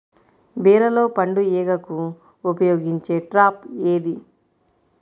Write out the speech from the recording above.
బీరలో పండు ఈగకు ఉపయోగించే ట్రాప్ ఏది?